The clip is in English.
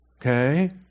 Okay